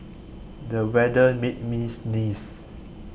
the weather made me sneeze